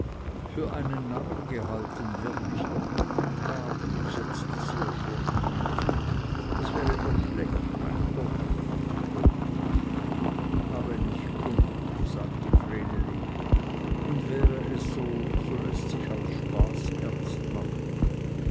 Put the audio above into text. für einen narren gehalten wird mich doch niemand haben setzte sie erschrocken hinzu das wäre doch schlecht mein gott habe nicht kummer sagte vreneli und wäre es so so läßt sich aus spaß ernst machen